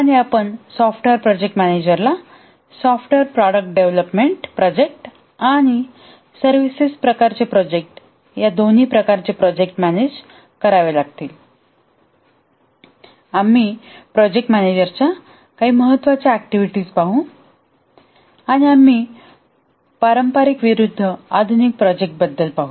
आणि software project मॅनेजरला software product development project आणि सर्व्हिसेस प्रकारचे प्रोजेक्ट या दोन्ही प्रकारचे प्रोजेक्ट मॅनेज करावे लागतील आम्ही प्रोजेक्ट मॅनेजरच्या महत्वाच्या ऍक्टिव्हिटी पाहू आणि आम्ही पारंपारिक विरूद्ध आधुनिक प्रोजेक्ट बद्दल पाहू